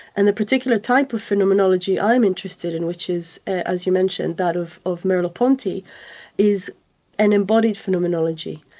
and a particular type of phenomenology i'm interested in, which is as you mention, that of of merleau-ponty is an embodied phenomenology.